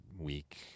week